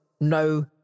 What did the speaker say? No